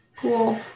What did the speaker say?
Cool